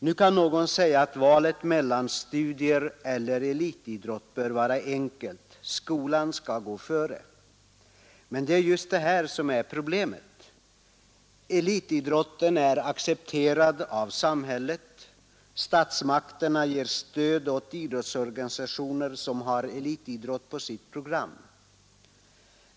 Nu kan någon säga att valet mellan studier och elitidrott bör vara enkelt: skolan skall gå före. Men det är just det som är problemet. Elitidrotten är accepterad av samhället. Statsmakterna ger stöd åt idrottsorganisationer som har elitidrott på sitt program.